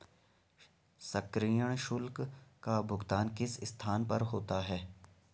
सक्रियण शुल्क का भुगतान किस स्थान पर होता है?